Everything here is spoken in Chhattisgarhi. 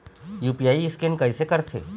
यू.पी.आई स्कैन कइसे करथे?